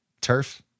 turf